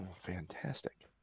fantastic